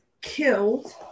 killed